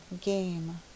game